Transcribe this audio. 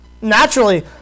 Naturally